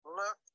look